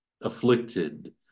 afflicted